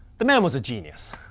the man was a genius.